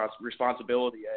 responsibility